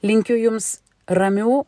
linkiu jums ramių